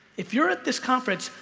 if you're at this conference,